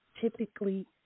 Typically